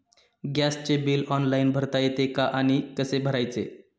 गॅसचे bill online भरता येते का आणि कसे भरायचे?